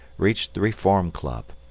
reached the reform club,